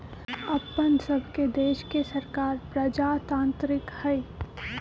अप्पन सभके देश के सरकार प्रजातान्त्रिक हइ